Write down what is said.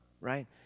right